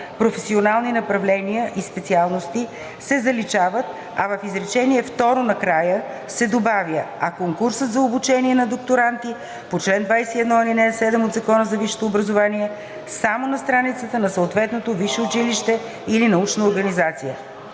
професионални направления и специалности“ се заличават, а в изречение второ накрая се добавя „а конкурсът за обучение на докторанти по чл. 21, ал. 7 от Закона за висшето образование – само на страницата на съответното висше училище или научна организация“;